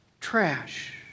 trash